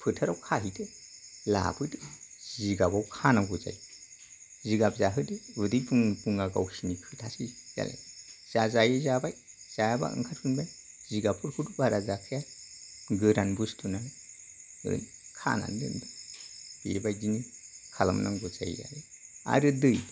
फोथाराव खाहैदो लाबोदो जिगाबाव खानांगौ जायो जिगाब जाहोदो उदै बुङो बुङा गावसोरनि खोथासै बेलाय जा जायो जाबाय जायाबा ओंखारफिनबाय जिगाबफोरखौथ' बारा जाखाया गोरान बुस्थुखौनो खानानै दोनदो बेबादिनो खालामनांगौ जायो आरो आरो दै